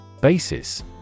Basis